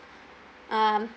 um